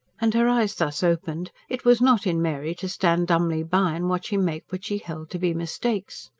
and, her eyes thus opened, it was not in mary to stand dumbly by and watch him make what she held to be mistakes.